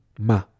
ma